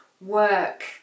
work